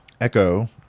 Echo